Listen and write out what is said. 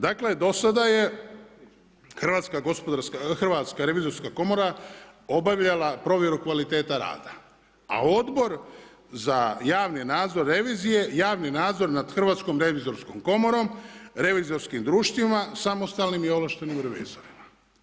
Dakle do sada je Hrvatska revizorska komora obavljala provjeru kvaliteta rada, a Odbor za javni nadzor revizije javni nadzor nad Hrvatskom revizorskom komorom, revizorskim društvima, samostalnim i ovlaštenim revizorima.